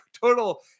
total